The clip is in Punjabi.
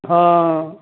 ਹਾਂ